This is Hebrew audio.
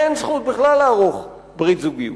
אין זכות בכלל לערוך ברית זוגיות.